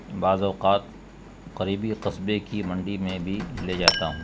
بعض اوقات قریبی قصبے کی منڈی میں بھی لے جاتا ہوں